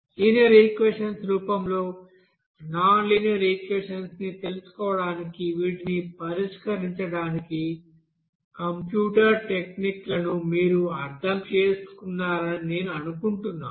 linear equations రూపంలో non linear equations ని తెలుసుకోవడానికి వీటిని పరిష్కరించడానికి కంప్యూటర్ టెక్నిక్లను మీరు అర్థం చేసుకున్నారని నేను అనుకుంటున్నాను